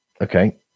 Okay